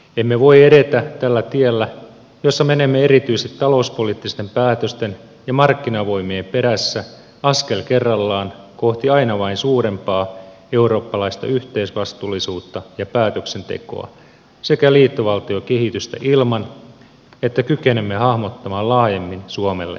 emme voi edetä tällä tiellä jolla menemme erityisesti talouspoliittisten päätösten ja markkinavoimien perässä askel kerrallaan kohti aina vain suurempaa eurooppalaista yhteisvastuullisuutta ja päätöksentekoa sekä liittovaltiokehitystä ilman että kykenemme hahmottamaan laajemmin suomelle oikean tien